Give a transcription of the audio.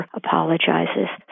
apologizes